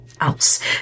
else